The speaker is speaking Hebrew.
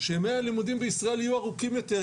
שימי הלימודים בישראל יהיו ארוכים יותר,